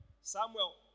Samuel